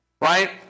Right